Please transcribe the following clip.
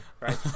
right